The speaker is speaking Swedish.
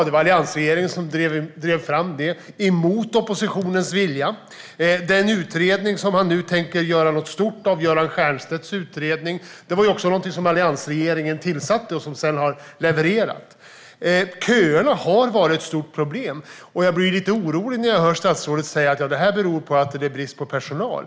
Det var alliansregeringen som drev fram den, mot oppositionens vilja. Den utredning som han nu tänker göra något stort av, Göran Stiernstedts utredning, var också någonting som alliansregeringen tillsatte och som sedan har levererat. Köerna har varit ett stort problem. Jag blir lite orolig när jag hör statsrådet säga att de beror på att det råder brist på personal.